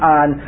on